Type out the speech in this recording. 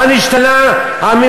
מה נשתנה הלילה הזה?